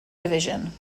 division